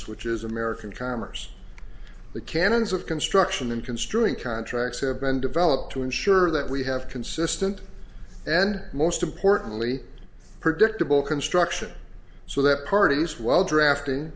is american commerce the canons of construction and construing contracts have been developed to ensure that we have consistent and most importantly predictable construction so that parties well drafting